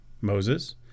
Moses